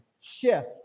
Shift